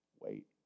Wait